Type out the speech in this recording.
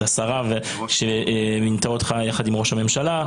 השרה שמינתה אותך יחד עם ראש הממשלה.